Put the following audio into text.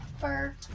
fur